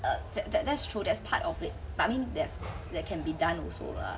uh th~ that that's true that's part of it but I mean that's that can be done also lah